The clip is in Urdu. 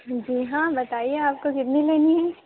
جی ہاں بتائیے آپ کو کتنی لینی ہیں